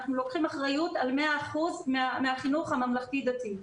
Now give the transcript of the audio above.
אנחנו לוקחים אחריות על 100% מהחינוך הממלכתי דתי.